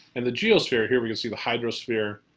and the geosphere, here we can see the hydrosphere.